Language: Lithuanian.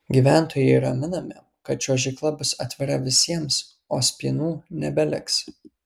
gyventojai raminami kad čiuožykla bus atvira visiems o spynų nebeliks